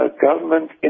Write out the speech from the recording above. government